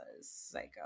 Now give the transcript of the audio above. psycho